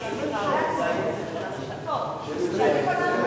כשאני קונה,